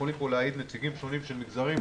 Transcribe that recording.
יכולים פה להעיד נציגים שונים של מגזרים,